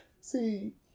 See